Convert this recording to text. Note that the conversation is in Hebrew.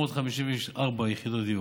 754 יחידות דיור.